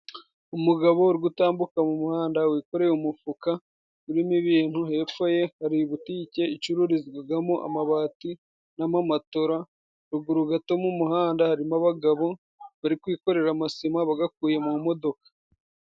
Umugabo uri gutambuka mu muhanda wikore umufuka urimo ibintu ,hepfo ye hari butike icururizwagamo amabati, n'amamatora, ruguru gato mu muhanda harimo abagabo bari kwikorera amasima bagakuye mu modoka.